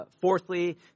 fourthly